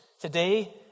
Today